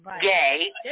Gay